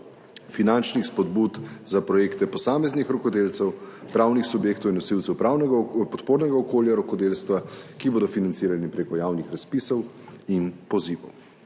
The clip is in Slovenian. finančnih spodbud za projekte posameznih rokodelcev, pravnih subjektov in nosilcev pravnega podpornega okolja rokodelstva, ki bodo financirani preko javnih razpisov in pozivov.